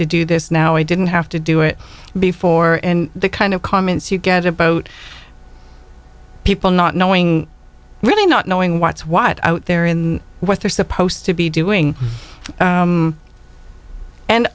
to do this now i didn't have to do it before and the kind of comments you get a boat people not knowing really not knowing what's what out there in what they're supposed to be doing